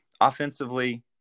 offensively